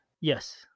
Yes